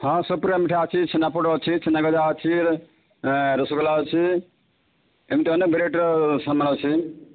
ହଁ ସବୁ ପ୍ରକାର ମିଠା ଅଛି ଛେନାପୋଡ଼ ଅଛି ଛେନା ଗଜା ଅଛି ରସଗୋଲା ଅଛି ଏମିତି ଅନେକ ଭେରାଇଟିର ସାମାନ ଅଛି